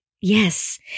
Yes